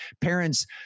Parents